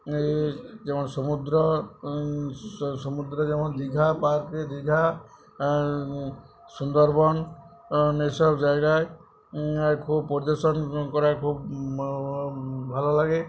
এই যেমন সমুদ্র সমুদ্রে যেমন দীঘা পার্কে দীঘা সুন্দরবন এসব জায়গায় খুব পরিদর্শন করা খুব ভালো লাগে